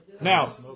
Now